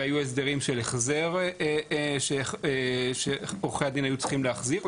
והיו הסדרים של החזר שעורכי הדין היו צריכים להחזיר,